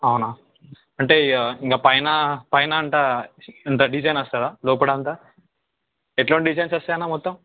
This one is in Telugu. అవునా అంటే ఇక ఇంకా పైన పైన అంతా డిజైన్ వస్తుందా లోపల అంతా ఎలాంటి డిజైన్స్ వస్తాయి అన్న మొత్తం